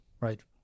right